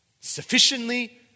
sufficiently